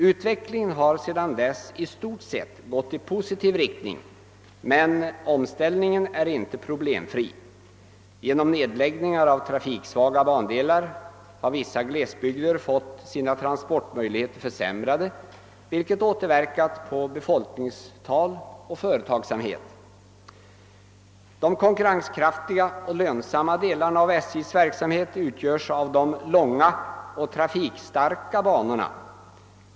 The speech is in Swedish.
Utvecklingen har sedan dess i stort sett gått i positiv riktning, men omställningen är icke helt problemfri. Genom nedläggningar av trafiksvaga bandelar har vissa glesbygder fått sina transportmöjligheter försämrade, vilket återverkat på både befolkningstal och företagsamhet. De konkurrenskraftiga och lönsamma delarna av SJ:s verksamhet utgörs av de långa och trafikstarka banorna.